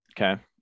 Okay